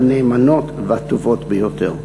הנאמנות והטובות ביותר.